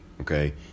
Okay